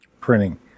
printing